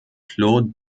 claude